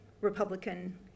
Republican